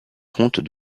compte